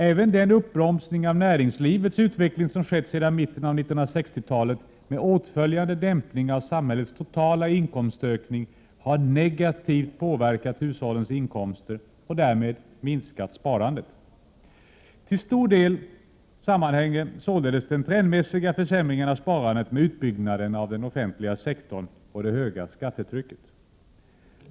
Även den uppbromsning av näringslivets utveckling som skett sedan mitten av 1960-talet, med åtföljande dämpning av samhällets totala inkomstökning, har negativt påverkat hushållens inkomster och därmed minskat sparandet. Till stor del sammanhänger således den trendmässiga försämringen av sparandet med utbyggnaden av den offentliga sektorn och det höga skattetrycket.